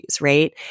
right